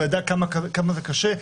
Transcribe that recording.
הוא יודע כמה זה קשה,